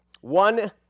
One